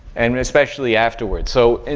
and and especially afterward. so,